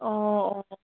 অঁ অঁ